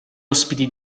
ospiti